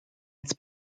its